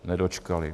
Nedočkali.